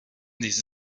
des